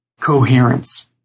coherence